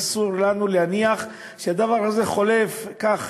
אסור לנו להניח שהדבר הזה חולף כך,